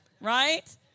Right